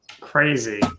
crazy